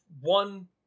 one